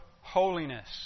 Holiness